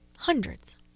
Hundreds